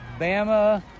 Bama